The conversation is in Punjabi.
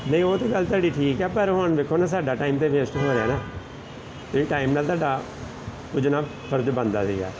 ਨਹੀਂ ਉਹ ਤਾਂ ਗੱਲ ਤੁਹਾਡੀ ਠੀਕ ਹੈ ਪਰ ਹੁਣ ਦੇਖੋ ਨਾ ਸਾਡਾ ਟਾਈਮ ਤਾਂ ਵੇਸਟ ਹੋਇਆ ਨਾ ਤੁਸੀਂ ਟਾਈਮ ਨਾਲ ਤੁਹਾਡਾ ਪੁੱਜਣਾ ਫਰਜ ਬਣਦਾ ਸੀਗਾ